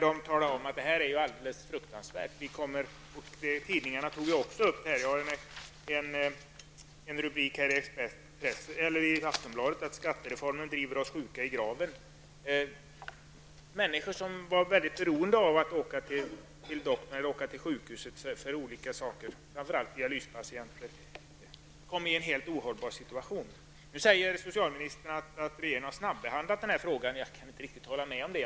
De talade om att det här är alldeles fruktansvärt. Tidningarna tog också upp det. Jag har här en rubrik ur Aftonbladet, där det står: Skattereformen driver oss sjuka i graven. Människor som är beroende av att åka till doktorn eller till sjukhuset, framför allt dialyspatienter, hamnade i en helt ohållbar situation. Nu säger socialministern att regeringen har snabbehandlat den här frågan. Jag kan inte riktigt hålla med om det.